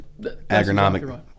agronomic